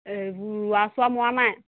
এইবোৰ ৰোৱা চোৱা মৰা নাই